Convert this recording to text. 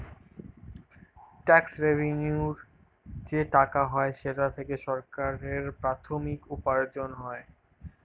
tax রেভেন্যুর যে টাকা হয় সেটা থেকে সরকারের প্রাথমিক উপার্জন হয়